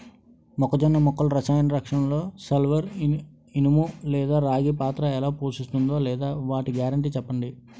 మొక్కజొన్న మొక్కల రసాయన రక్షణలో సల్పర్, ఇనుము లేదా రాగి పాత్ర ఎలా పోషిస్తుందో లేదా వాటి గ్యారంటీ చెప్పండి